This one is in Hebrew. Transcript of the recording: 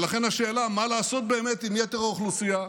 ולכן השאלה: מה לעשות באמת עם יתר האוכלוסייה?